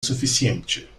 suficiente